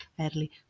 early